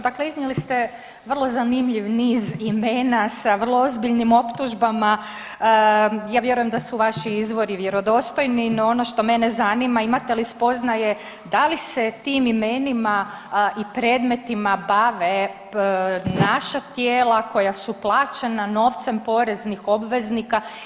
Dakle, iznijeli ste vrlo zanimljiv niz imena sa vrlo ozbiljnim optužbama, ja vjerujem da su vaši izvori vjerodostojni no ono što mene zanima, imate li spoznaje da li se tim imenima i predmetima bave naša tijela koja su plaćena novcem poreznih obveznika?